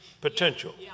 potential